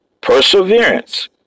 perseverance